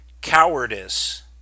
Cowardice